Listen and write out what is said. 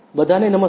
બધાને નમસ્તે